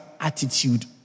attitude